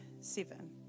seven